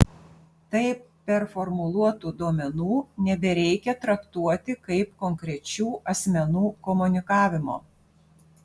taip performuluotų duomenų nebereikia traktuoti kaip konkrečių asmenų komunikavimo